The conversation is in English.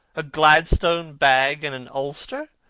a gladstone bag and an ulster!